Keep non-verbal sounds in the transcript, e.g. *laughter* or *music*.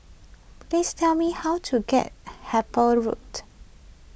please tell me how to get *noise* Harper Road